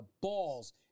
balls